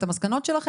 את המסקנות שלכם.